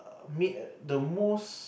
mid the most